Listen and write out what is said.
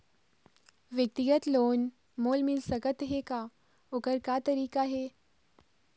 व्यक्तिगत लोन मोल मिल सकत हे का, ओकर का तरीका हे?